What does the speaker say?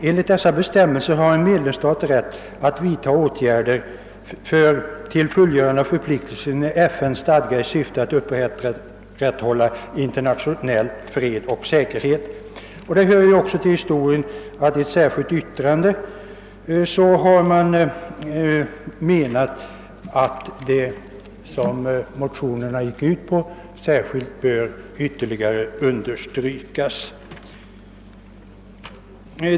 Enligt dessa bestämmelser har en medlemsstat rätt att vidta åtgärder till fullgörande av förpliktelser enligt FN:s stadga i syfte att upprätthålla internationell fred och säkerhet.» Det hör också till historien att några utskottsledamöter i ett särskilt yttrande velat understryka vad som sägs i motionerna.